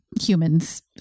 humans